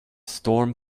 storm